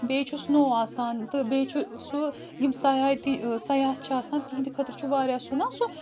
بِییِہ چھُ سنو آسان تہٕ بِییہِ چھُ سُہ یِم سہایتی سَیاہ چھُ آسان تِھِندِ خٲطر چھُ واریاہ سُہ نا سُہ